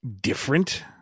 different